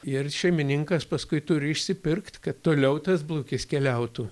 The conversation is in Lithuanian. ir šeimininkas paskui turi išsipirkt kad toliau tas blukis keliautų